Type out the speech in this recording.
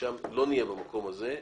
לא נהיה במקום הזה.